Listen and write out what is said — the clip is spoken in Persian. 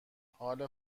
حال